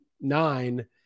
nine